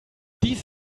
dies